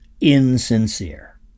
insincere